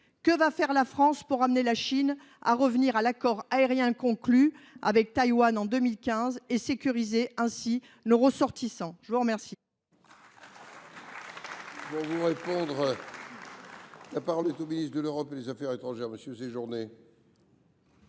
que fera la France pour amener la Chine à revenir à l’accord aérien conclu avec Taïwan en 2015 et sécuriser ainsi nos ressortissants ? La parole